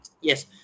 Yes